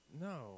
no